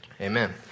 Amen